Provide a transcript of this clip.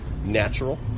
natural